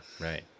Right